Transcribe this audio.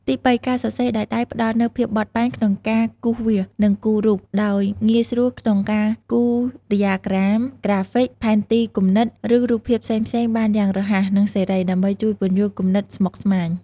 ទីបី ការសរសេរដោយដៃផ្ដល់នូវ ភាពបត់បែនក្នុងការគូសវាស និងគូររូប ដោយងាយស្រួលក្នុងការគូសដ្យាក្រាម ក្រាហ្វិក ផែនទីគំនិត ឬរូបភាពផ្សេងៗបានយ៉ាងរហ័ស និងសេរី ដើម្បីជួយពន្យល់គំនិតស្មុគស្មាញ។